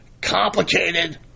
complicated